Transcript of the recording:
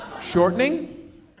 Shortening